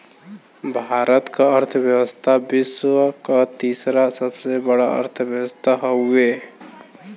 भारत क अर्थव्यवस्था विश्व क तीसरा सबसे बड़ा अर्थव्यवस्था हउवे